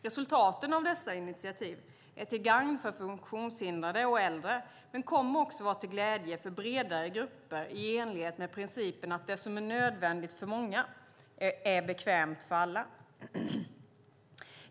Resultaten av dessa initiativ är till gagn för funktionshindrade och äldre men kommer också att vara till glädje för bredare grupper, i enlighet med principen att det som är nödvändigt för många är bekvämt för alla.